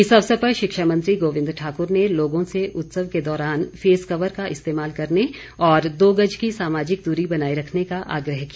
इस अवसर पर शिक्षा मंत्री गोविंद ठाकुर ने लोगों से उत्सव के दौरान फेस कवर का इस्तेमाल करने और दो गज की सामाजिक दूरी बनाए रखने का आग्रह किया